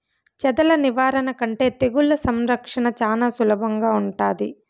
చెదల నివారణ కంటే తెగుళ్ల సంరక్షణ చానా సులభంగా ఉంటాది